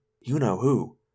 you-know-who